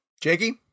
Jakey